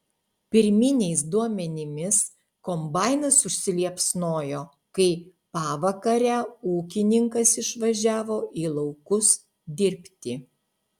pirminiais duomenimis kombainas užsiliepsnojo kai pavakarę ūkininkas išvažiavo į laukus dirbti